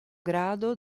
grado